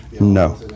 no